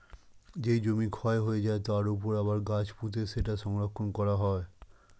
যেই জমি ক্ষয় হয়ে যায়, তার উপর আবার গাছ পুঁতে সেটা সংরক্ষণ করা হয়